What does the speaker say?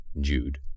Jude